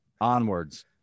onwards